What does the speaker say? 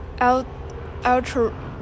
ultra-